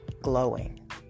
glowing